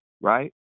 right